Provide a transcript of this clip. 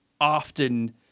often